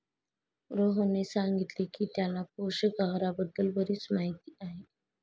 रोहनने सांगितले की त्याला पोषक आहाराबद्दल बरीच माहिती आहे